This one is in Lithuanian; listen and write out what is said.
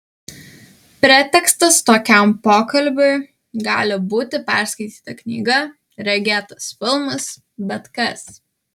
pretekstas tokiam pokalbiui gali būti perskaityta knyga regėtas filmas bet kas